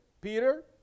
Peter